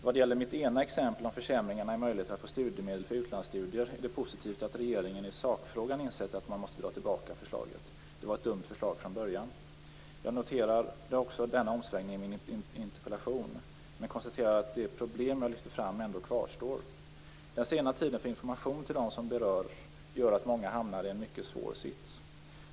Vad det gäller mitt ena exempel om försämringarna i möjligheter att få studiemedel för utlandsstudier är det positivt att regeringen i sakfrågan insett att man måste dra tillbaka förslaget. Det var ett dumt förslag från början. Jag noterade också den omsvängningen i min interpellation men konstaterade att det problem jag lyfte fram ändå kvarstår. Den sena tiden för information till dem som berörs gör att många hamnar i en mycket svår sits.